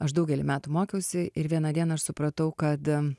aš daugelį metų mokiausi ir vieną dieną aš supratau kad